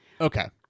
Okay